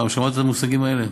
פעם שמעת את המושגים האלה?